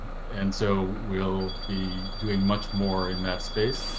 and so we'll be doing much more in that space.